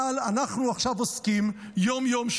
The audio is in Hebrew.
אבל אנחנו עכשיו עוסקים יום-יום,